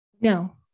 No